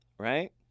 Right